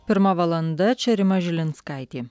pirma valanda čia rima žilinskaitė